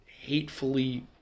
hatefully